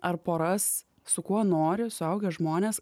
ar poras su kuo nori suaugę žmonės